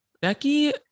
Becky